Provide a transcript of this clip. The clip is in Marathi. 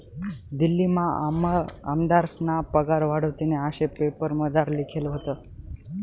दिल्लीमा आमदारस्ना पगार वाढावतीन आशे पेपरमझार लिखेल व्हतं